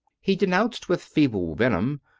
he denounced, with feeble venom,